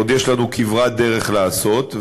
עוד יש לנו כברת דרך לעשות,